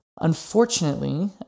Unfortunately